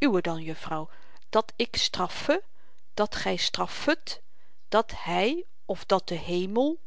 uwe dan juffrouw dat ik straffe dat gy straffet dat hy of dat de hemel